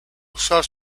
usar